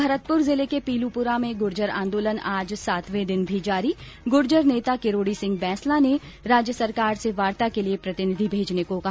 भरतपुर जिले के पीलूपुरा में गूर्जर आंदोलन आज सातवें दिन भी जारी गूर्जर नेता किरोड़ी सिंह बैंसला ने राज्य सरकार से वार्ता के लिए प्रतिनिधि भेजने के लिए कहा